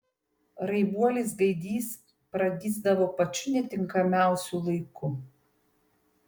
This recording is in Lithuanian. raibuolis gaidys pragysdavo pačiu netinkamiausiu laiku